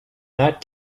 that